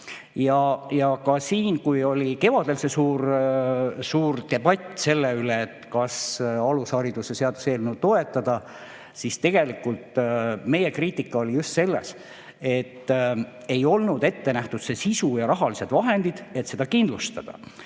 Ja ka siis, kui oli kevadel siin suur debatt selle üle, kas alusharidust puudutava seaduse [muutmise] eelnõu toetada, siis tegelikult meie kriitika oli just selles, et ei olnud ette nähtud see sisu ja rahalised vahendid, millega kindlustada,